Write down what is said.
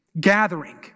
gathering